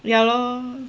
ya lor